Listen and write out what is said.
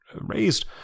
raised